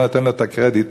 לא מכיר את החברה החרדית,